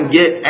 get